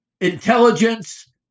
intelligence